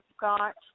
got